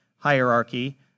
hierarchy